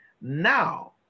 Now